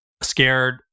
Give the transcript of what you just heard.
scared